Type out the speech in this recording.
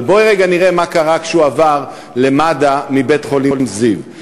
אבל בואי רגע נראה מה קרה כשהוא עבר למד"א מבית-חולים זיו,